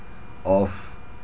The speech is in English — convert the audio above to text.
of